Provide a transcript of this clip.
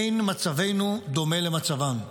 אין מצבנו דומה למצבן.